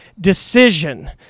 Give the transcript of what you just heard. decision